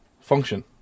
function